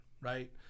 right